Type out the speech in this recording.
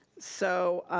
so,